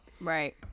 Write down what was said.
Right